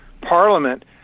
parliament